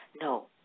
No